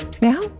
now